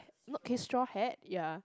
not straw hat ya